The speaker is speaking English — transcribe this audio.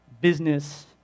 business